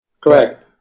Correct